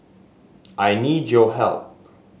I need your help